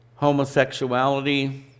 homosexuality